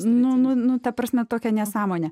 nu nu nu ta prasme tokią nesąmonę